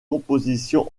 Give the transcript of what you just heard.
compositions